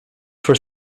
for